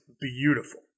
beautiful